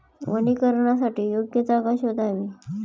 वनीकरणासाठी योग्य जागा शोधावी